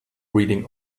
reading